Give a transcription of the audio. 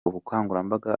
ubukangurambaga